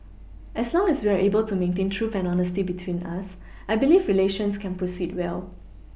as long as we are able to maintain trust and honesty between us I believe relations can proceed well